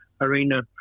arena